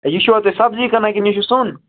یہِ چھُوا تُہۍ سبزی کٕنان کِنہٕ یہِ چھُ سۅن